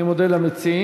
אני מודה למציעים,